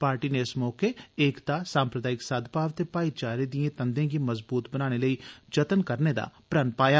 party नै इस मौके एकता सम्प्रदायिक सदभाव ते भाईचारे दिए तदें गी मजबूत बनाने लेई जतन करने दा प्रण पाया